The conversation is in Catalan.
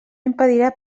impedirà